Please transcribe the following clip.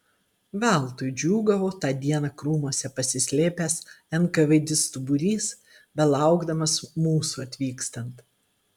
veltui džiūgavo tą dieną krūmuose pasislėpęs enkavėdistų būrys belaukdamas mūsų atvykstant